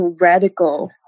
radical